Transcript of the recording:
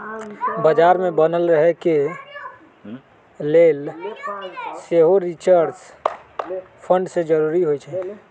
बजार में बनल रहे के लेल सेहो रिसर्च फंड के जरूरी होइ छै